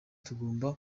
tugomba